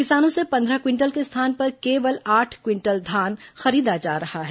किसानों से पन्द्रह क्विंटल के स्थान पर केवल आठ क्विंटल धान खरीदा जा रहा है